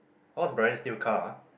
what's Brian's new car ah